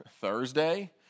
Thursday